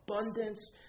abundance